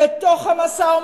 בגלל זה החליפו אתכם,